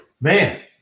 Man